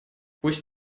пусть